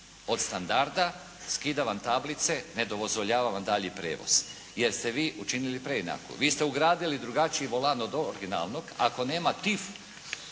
od standarda. Skida vam tablice, ne dozvoljava vam dalji prijevoz, jer ste vi učinili preinaku. Vi ste ugradili drugačiji volan od originalnog. Ako nema tif